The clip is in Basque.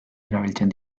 erabiltzen